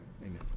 Amen